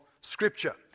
Scripture